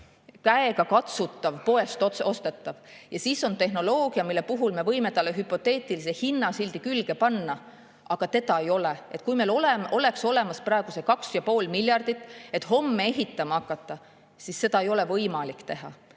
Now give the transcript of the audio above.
käegakatsutav, poest ostetav, ja siis on tehnoloogia, millele me võime hüpoteetilise hinnasildi külge panna, aga seda ei ole. Kui meil oleks praegu olemas see 2,5 miljardit, et homme ehitama hakata, siis seda ei oleks võimalik teha.